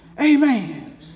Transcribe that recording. Amen